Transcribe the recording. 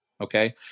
okay